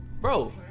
bro